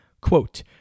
Quote